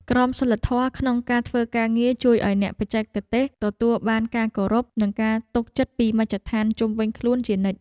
ក្រមសីលធម៌ក្នុងការធ្វើការងារជួយឱ្យអ្នកបច្ចេកទេសទទួលបានការគោរព និងការទុកចិត្តពីមជ្ឈដ្ឋានជុំវិញខ្លួនជានិច្ច។